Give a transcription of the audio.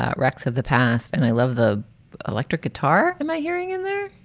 ah wrex of the past. and i love the electric guitar and my hearing in there.